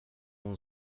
hon